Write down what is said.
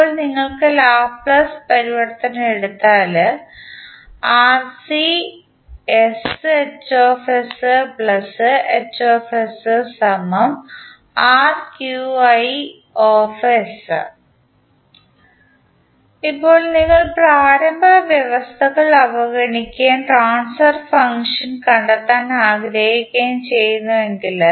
ഇപ്പോൾ നിങ്ങൾ ലാപ്ലേസ് പരിവർത്തനം എടുത്താൽ അത് ഇപ്പോൾ നിങ്ങൾ പ്രാരംഭ വ്യവസ്ഥകൾ അവഗണിക്കുകയും ട്രാൻസ്ഫർ ഫങ്ക്ഷൻ കണ്ടെത്താൻ ആഗ്രഹിക്കുകയും ചെയ്യുന്നുവെങ്കിൽ